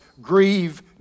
grieve